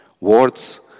Words